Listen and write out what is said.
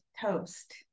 toast